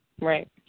Right